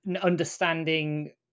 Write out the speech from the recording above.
understanding